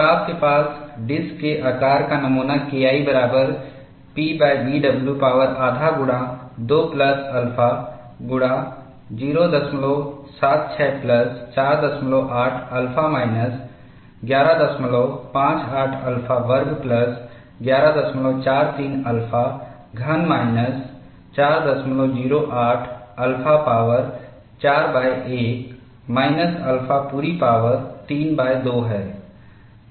और आपके पास डिस्क के आकार का नमूना KI बराबर है PB w की शक्ति आधा गुणा द्वारा 2 प्लस अल्फा से 076 प्लस 48 अल्फ़ा माइनस 1158 अल्फ़ा वर्ग प्लस 1143 अल्फ़ा घन माइनस 408 अल्फ़ा शक्ति4 के लिए 1 माइनस अल्फ़ा पूरी पावर 32 से विभाजित है